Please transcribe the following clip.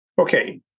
okay